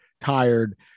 tired